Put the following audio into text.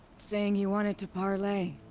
saying he wanted to parlay.